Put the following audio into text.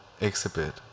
exhibit